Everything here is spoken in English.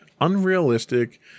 unrealistic